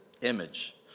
image